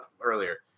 earlier